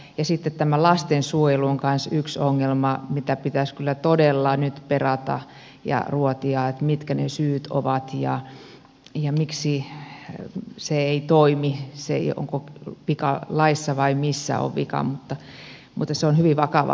ja sitten tämä lastensuojelu on kans yksi ongelma mitä pitäisi kyllä todella nyt perata ja ruotia mitkä ne syyt ovat ja miksi se ei toimi onko vika laissa vai missä on vika mutta se on hyvin vakava asia